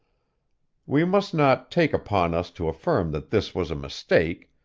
we must not take upon us to affirm that this was a mistake,